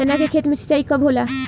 चना के खेत मे सिंचाई कब होला?